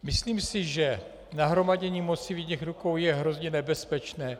Myslím si, že nahromadění moci v jedněch rukou je hrozně nebezpečné.